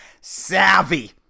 savvy